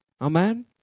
Amen